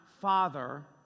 Father